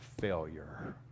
failure